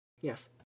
Yes